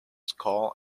skull